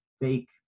fake